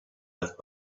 left